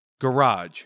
garage